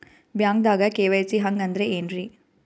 ಬ್ಯಾಂಕ್ದಾಗ ಕೆ.ವೈ.ಸಿ ಹಂಗ್ ಅಂದ್ರೆ ಏನ್ರೀ?